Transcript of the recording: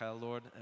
Lord